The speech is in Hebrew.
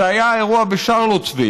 זה היה האירוע בשרלוטסוויל.